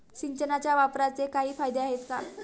सिंचनाच्या वापराचे काही फायदे आहेत का?